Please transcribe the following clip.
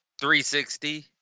360